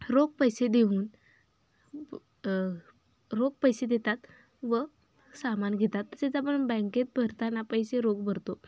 रोख पैसे देऊन रोख पैसे देतात व सामान घेतात तसेच आपण बँकेत भरताना पैसे रोख भरतो